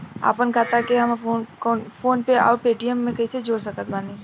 आपनखाता के हम फोनपे आउर पेटीएम से कैसे जोड़ सकत बानी?